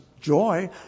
joy